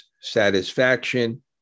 satisfaction